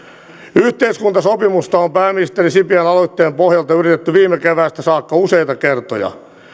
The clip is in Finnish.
yhteiskuntasopimusta on pääministeri sipilän aloitteen pohjalta yritetty viime keväästä saakka useita kertoja